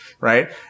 Right